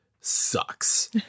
sucks